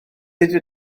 ydy